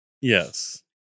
Yes